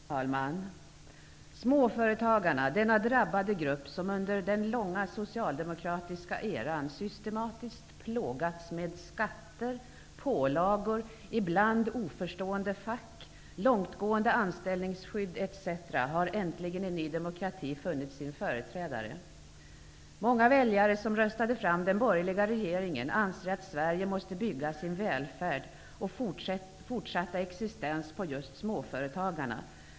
Fru talman! Småföretagarna, denna drabbade grupp, som under den långa socialdemokratiska eran systematiskt plågats med skatter, pålagor, ibland oförstående fack, långtgående anställningsskydd etc. har äntligen i Ny demokrati funnit sin företrädare. Många väljare som röstade fram den borgerliga regeringen anser att Sverige måste bygga sin välfärd och fortsatta existens på just småföretagarna.